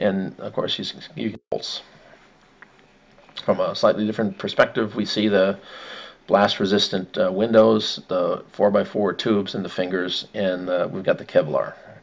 and of course he's from a slightly different perspective we see the blast resistant windows four by four tubes in the fingers in we've got the kevlar